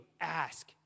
ask